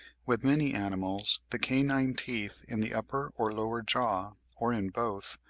with many animals the canine teeth in the upper or lower jaw, or in both,